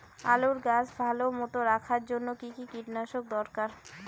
আলুর গাছ ভালো মতো রাখার জন্য কী কী কীটনাশক দরকার?